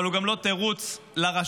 אבל הוא גם לא תירוץ לרשויות